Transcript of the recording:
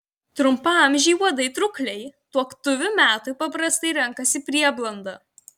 trumpaamžiai uodai trūkliai tuoktuvių metui paprastai renkasi prieblandą